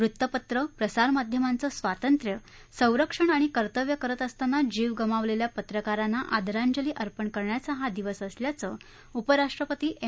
वृत्तपत्रं प्रसारमाध्यमाचं स्वातंत्र्य संरक्षण आणि कर्तव्य करत असताना जीव गमावलेल्या पत्रकारांना आदरांजली अर्पण करण्याचा हा दिवस असल्याचं उपराष्ट्रपती एम